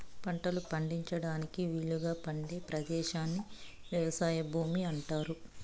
పంటలు పండించడానికి వీలుగా ఉండే పదేశాన్ని వ్యవసాయ భూమి అంటారు